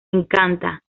encanta